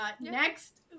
Next